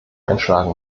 einschlagen